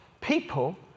people